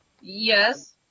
Yes